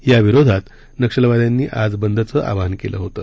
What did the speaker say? याविरोधात नक्षलवाद्यांनी आज बंदचं आवाहन केलं होतं